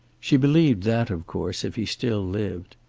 she believed that, of course, if he still lived.